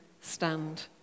stand